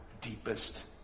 deepest